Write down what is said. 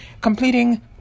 completing